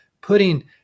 putting